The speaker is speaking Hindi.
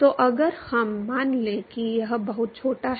तो अगर हम मान लें कि यह बहुत छोटा है